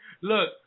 Look